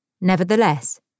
Nevertheless